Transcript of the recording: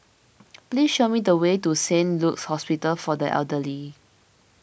please show me the way to Saint Luke's Hospital for the Elderly